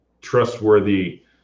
trustworthy